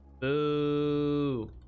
Boo